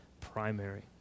primary